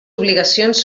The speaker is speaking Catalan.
obligacions